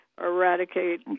eradicate